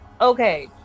Okay